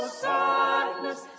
sadness